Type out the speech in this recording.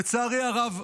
לצערי הרב,